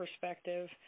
perspective